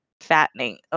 fattening